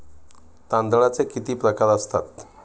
तांदळाचे किती प्रकार असतात?